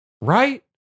Right